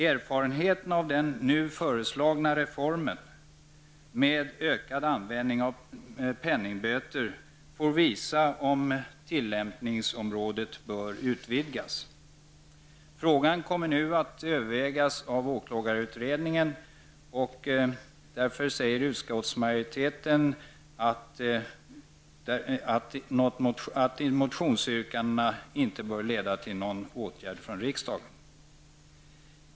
Erfarenheterna av den nu föreslagna reformen, med ökad användning av penningböter, får visa om tillämpningsområdet bör utvidgas. Frågan kommer nu att övervägas av åklagarutredningen. Utskottsmajoriteten anser därför inte att motionsyrkandena bör leda till någon åtgärd från riksdagen.